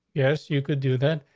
yes, you could do that.